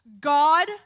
God